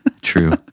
True